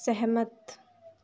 सहमत